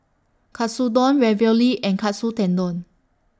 Katsudon Ravioli and Katsu Tendon